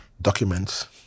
Documents